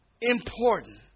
important